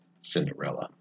Cinderella